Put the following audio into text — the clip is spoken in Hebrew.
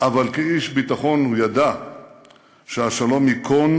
אבל כאיש ביטחון הוא ידע שהשלום ייכון